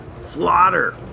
Slaughter